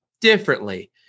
differently